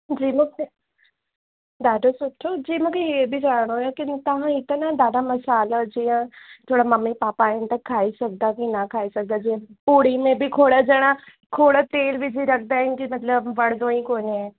जी मूंखे ॾाढो सुठो जी मूंखे इहे बी ॼाणिणो हुओ कि तव्हां ही त न डाढा मसाला जीअं थोरा मम्मी पापा आहिनि त खाई सघंदा जीअं पूरी में बि खोण ॼणा खोण तेलु विझी रखंदा आहिनि कि मतलबु वणंदो ई कोने